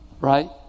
Right